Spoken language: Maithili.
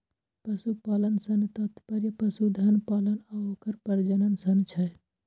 पशुपालन सं तात्पर्य पशुधन पालन आ ओकर प्रजनन सं छै